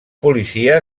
policia